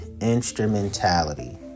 instrumentality